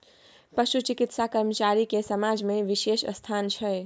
पशु चिकित्सा कर्मचारी के समाज में बिशेष स्थान छै